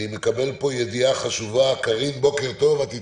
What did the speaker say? מקבל פה ידיעה חשובה קארין, בוקר טוב, את איתנו.